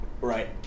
Right